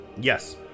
Yes